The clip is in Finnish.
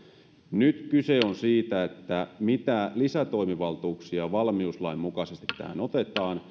nyt kyse on siitä mitä lisätoimivaltuuksia valmiuslain mukaisesti tähän otetaan